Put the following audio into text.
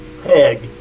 peg